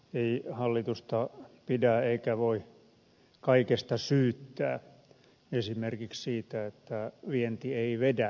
ei hallitusta pidä eikä voi kaikesta syyttää esimerkiksi siitä että vienti ei vedä